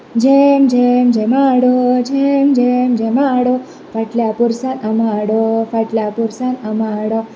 झेम झेम झेमाडो झेम झेम झेमाडो फाटल्या पोरसांत आंबाडो फाटल्या पोरसांत आंबाडो